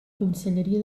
conselleria